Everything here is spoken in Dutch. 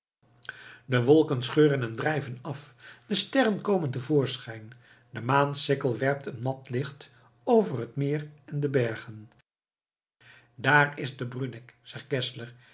de wolken scheuren en drijven af de sterren komen te voorschijn de maansikkel werpt een mat licht over het meer en de bergen daar is de bruneck zegt geszler